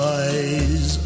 eyes